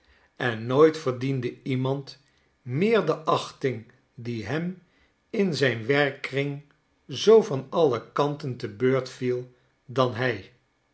en nooit verdiende iemand meer de achting die hem in zijn werkkring zoo van alle kanten te beurt viel dan hij